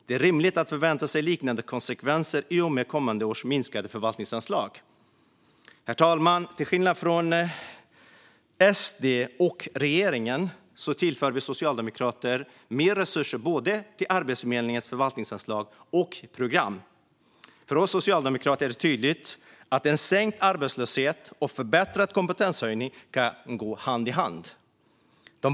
Det är rimligt att förvänta sig liknande konsekvenser i och med kommande års minskade förvaltningsanslag. Herr talman! Till skillnad från SD och regeringen tillför vi socialdemokrater mer resurser till både Arbetsförmedlingens förvaltningsanslag och program. För oss socialdemokrater är det tydligt att en sänkt arbetslöshet och förbättrad kompetenshöjning kan gå hand i hand.